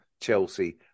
Chelsea